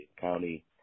county